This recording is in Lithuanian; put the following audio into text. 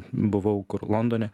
buvau kur londone